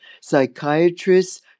psychiatrists